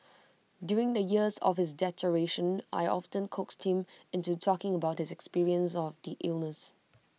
during the years of his deterioration I often coaxed him into talking about his experience of the illness